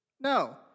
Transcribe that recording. No